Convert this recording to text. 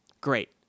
great